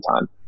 time